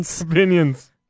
opinions